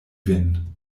vin